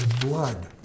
blood